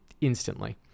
instantly